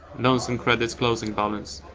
loans and credits closing balance.